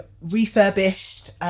refurbished